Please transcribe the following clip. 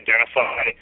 identify